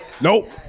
Nope